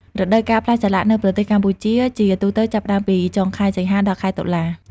រដូវកាលផ្លែសាឡាក់នៅប្រទេសកម្ពុជាជាទូទៅចាប់ផ្ដើមពី ចុងខែសីហា ដល់ខែតុលា ។